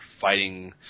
fighting